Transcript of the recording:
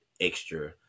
extra